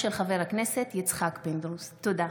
תודה.